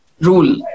rule